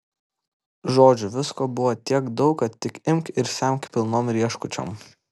žodžiu visko buvo tiek daug kad tik imk ir semk pilnom rieškučiom